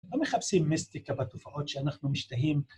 לא מחפשים מיסטיקה בתופעות שאנחנו משתהים.